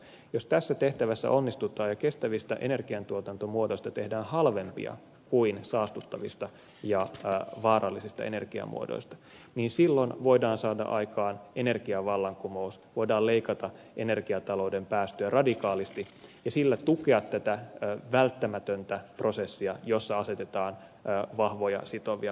jos tässä tehtävässä onnistutaan ja kestävistä energiantuotantomuodoista tehdään halvempia kuin saastuttavista ja vaarallisista energiamuodoista silloin voidaan saada aikaan energiavallankumous voidaan leikata energiatalouden päästöjä radikaalisti ja sillä tukea tätä välttämätöntä prosessia jossa asetetaan vahvoja sitovia päästötavoitteita